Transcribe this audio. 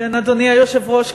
אדוני היושב-ראש,